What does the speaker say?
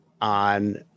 on